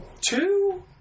two